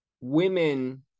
Women